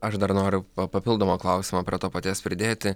aš dar noriu papildomą klausimą prie to paties pridėti